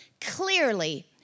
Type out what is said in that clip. clearly